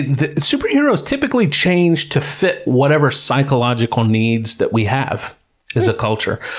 the superheroes typically change to fit whatever psychological needs that we have as a culture.